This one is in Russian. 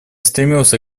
стремился